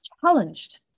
challenged